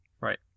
Right